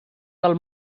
del